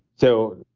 so,